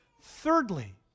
thirdly